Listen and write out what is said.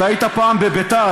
אתה היית פעם בבית"ר.